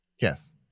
yes